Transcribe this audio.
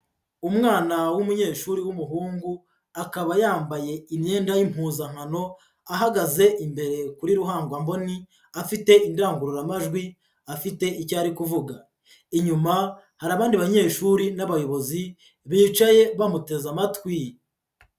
Umwana w'umunyeshuri w'umuhungu, akaba yambaye imyenda y'impuzankano, ahagaze imbere kuri ruhangwamboni, afite indangururamajwi afite icyo ari kuvuga. Inyuma hari abandi banyeshuri n'abayobozi bicaye bamuteze amatwi.